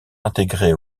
intégrés